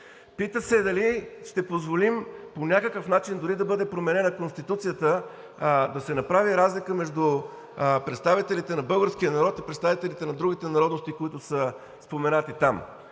Пита се: дали ще позволим по някакъв начин дори да бъде променена Конституцията, да се направи разлика между представителите на българския народ и представителите на другите народности, които са споменати там?!